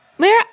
Lyra